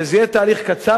שזה יהיה תהליך קצר,